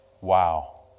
Wow